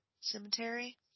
cemetery